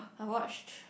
I watched